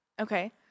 Okay